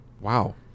wow